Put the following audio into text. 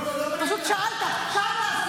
איפה הוא מנחם אבלים,